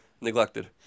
neglected